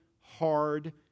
hard